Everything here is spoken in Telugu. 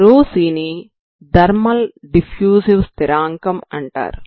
ఇక్కడ 2kρc ని థర్మల్ డిఫ్యూసివ్ స్థిరాంకం అంటారు